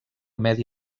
medi